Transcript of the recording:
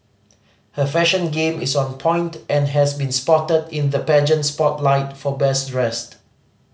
her fashion game is on point and has been spotted in the pageant spotlight for best dressed